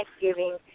Thanksgiving